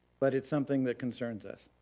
but it's something that concerns us.